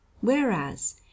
Whereas